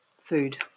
food